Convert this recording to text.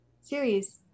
series